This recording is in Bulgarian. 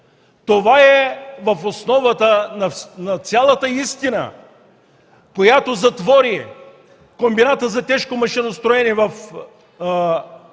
Това е в основата на цялата истина, която затвори Комбината за тежко машиностроене в Радомир,